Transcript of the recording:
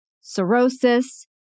cirrhosis